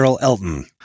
Elton